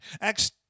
Acts